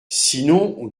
sinon